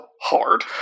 hard